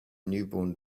newborn